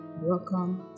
welcome